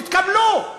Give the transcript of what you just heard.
יתקבלו.